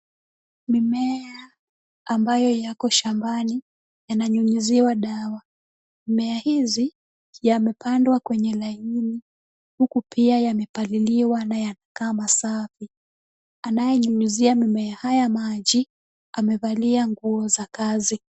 Mimea ambayo yako shambai, yananyunyiziwa dawa. Mimea hizi yamepandwa kwenye laini, huku pia yamepaliliwa na yanakaa masafi. Anayenyunyizia mimea haya maji, amevaaa nguo za kazi.